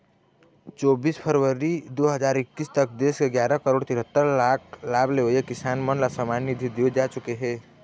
चोबीस फरवरी दू हजार एक्कीस तक देश के गियारा करोड़ तिहत्तर लाख लाभ लेवइया किसान ल सम्मान निधि दिए जा चुके हे